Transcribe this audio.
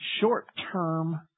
short-term